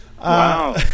Wow